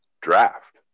draft